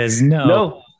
no